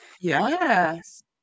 Yes